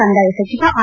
ಕಂದಾಯ ಸಚಿವ ಆರ್